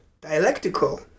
dialectical